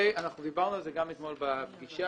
דיברנו על זה גם אתמול בפגישה.